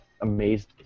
amazed